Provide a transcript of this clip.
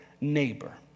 neighbor